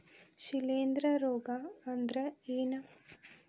ಶಿಲೇಂಧ್ರ ರೋಗಾ ಅಂದ್ರ ಏನ್?